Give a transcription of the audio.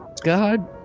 God